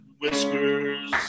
whiskers